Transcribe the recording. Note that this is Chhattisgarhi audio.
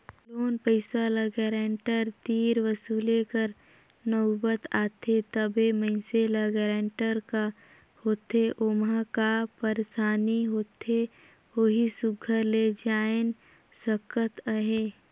लोन पइसा ल गारंटर तीर वसूले कर नउबत आथे तबे मइनसे ल गारंटर का होथे ओम्हां का पइरसानी होथे ओही सुग्घर ले जाएन सकत अहे